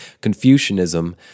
Confucianism